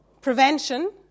prevention